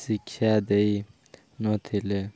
ଶିକ୍ଷା ଦେଇନଥିଲେ